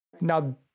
Now